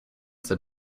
that